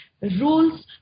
rules